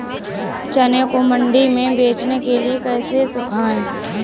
चने को मंडी में बेचने के लिए कैसे सुखाएँ?